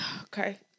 Okay